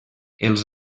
els